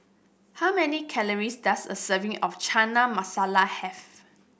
how many calories does a serving of Chana Masala have